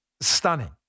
stunning